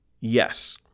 yes